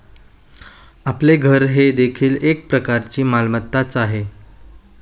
आपले घर हे देखील एक प्रकारची मालमत्ताच आहे